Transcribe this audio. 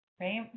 right